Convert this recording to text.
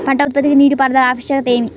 పంట ఉత్పత్తికి నీటిపారుదల ఆవశ్యకత ఏమి?